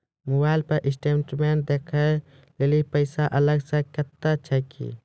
Mobile पर statement देखे लेली पैसा अलग से कतो छै की?